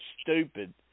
stupid